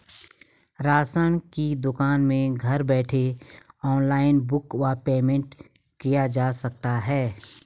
Ration की दुकान में घर बैठे ऑनलाइन बुक व पेमेंट किया जा सकता है?